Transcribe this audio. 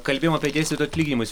kalbėjom apie dėstytojų atlyginimus